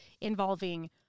involving